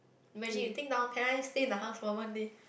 imagine you thing long can I stay in the house for one day